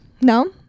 no